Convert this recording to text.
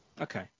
Okay